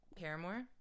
paramore